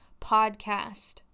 podcast